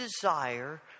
desire